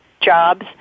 jobs